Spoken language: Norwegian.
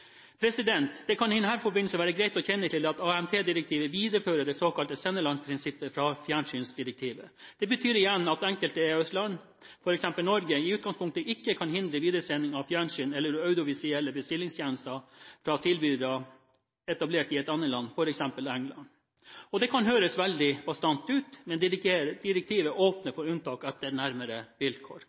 Det kan i den forbindelse være greit å kjenne til at AMT-direktivet viderefører det såkalte senderlandsprinsippet fra fjernsynsdirektivet. Det betyr igjen at enkelte EØS-land, f.eks. Norge, i utgangspunktet ikke kan hindre videresending av fjernsyn eller audiovisuelle bestillingstjenester fra tilbydere etablert i et annet EØS-land, f.eks. Storbritannia. Det kan høres veldig bastant ut, men direktivet åpner for unntak etter nærmere vilkår.